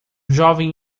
jovem